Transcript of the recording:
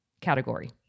Category